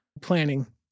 planning